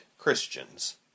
Christians